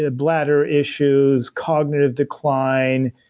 ah bladder issues, cognitive decline,